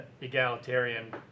egalitarian